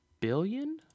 billion